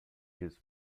his